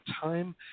time